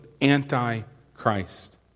anti-Christ